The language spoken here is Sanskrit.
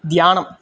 ध्यानम्